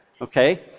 okay